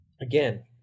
again